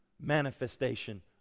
manifestation